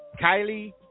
Kylie